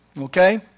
Okay